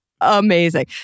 Amazing